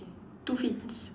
two fins